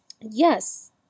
Yes